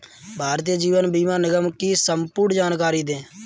भारतीय जीवन बीमा निगम की संपूर्ण जानकारी दें?